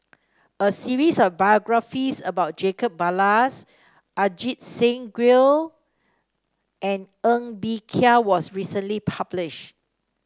a series of biographies about Jacob Ballas Ajit Singh Gill and Ng Bee Kia was recently published